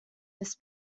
this